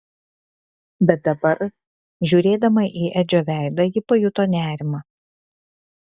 bet dabar žiūrėdama į edžio veidą ji pajuto nerimą